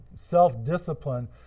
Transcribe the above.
self-discipline